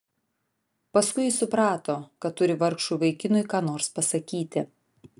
paskui ji suprato kad turi vargšui vaikinui ką nors pasakyti